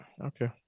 Okay